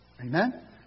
Amen